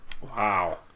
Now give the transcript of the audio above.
Wow